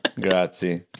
Grazie